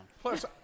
Plus